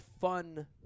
fun